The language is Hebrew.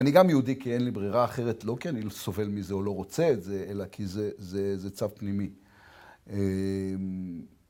אני גם יהודי כי אין לי ברירה אחרת, לא כי אני סובל מזה או לא רוצה את זה, אלא כי זה צו פנימי.